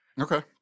okay